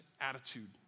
attitude